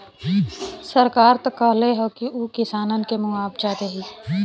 सरकार त कहले हौ की उ किसानन के मुआवजा देही